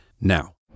now